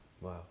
Wow